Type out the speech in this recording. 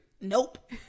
Nope